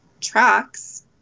tracks